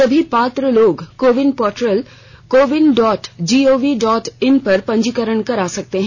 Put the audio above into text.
सभी पात्र लोग CoWIN portal CoWIN dot G O V dot in पर पंजीकरण करा सकते हैं